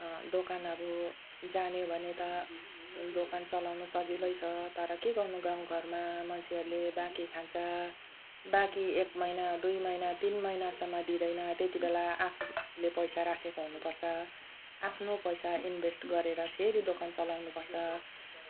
दोकानहरू जान्यो भने त दोकान चलाउन सजिलै छ तर के गर्नु गाउँ घरमा मान्छेहरूले बाँकी खान्छ बाँकी एक महिना दुई महिना तिन महिनासम्म दिँदैन त्यति बेला आफूले पैसा राखेको हुनु पर्छ आफ्नो पैसा इनभेस्ट गरेर फेरि दोकान चलाउनु पर्छ